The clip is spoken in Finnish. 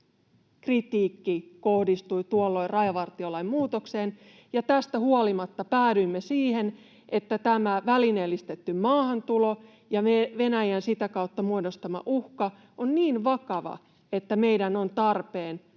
kritiikki kohdistui tuolloin rajavartiolain muutokseen, ja tästä huolimatta päädyimme siihen, että tämä välineellistetty maahantulo ja Venäjän sitä kautta muodostama uhka ovat niin vakavia, että meidän on tarpeen